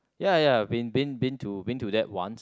ya ya been been been to been to that once